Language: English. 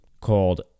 called